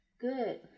Good